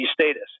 status